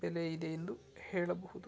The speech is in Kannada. ಬೆಲೆಯಿದೆ ಎಂದು ಹೇಳಬಹುದು